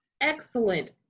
Excellent